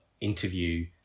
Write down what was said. interview